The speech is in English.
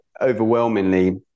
overwhelmingly